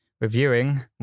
reviewing